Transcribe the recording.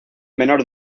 menor